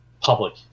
public